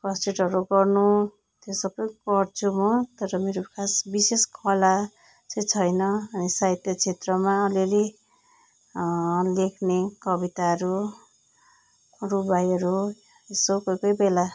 first एडहरू गर्नु त्यो सबै गर्छु म तर मेरो खास विशेष कला चाहिँ छैन है साहित्य क्षेत्रमा अलिअलि लेख्ने कविताहरू रुबाईहरू यसो कोही कोही बेला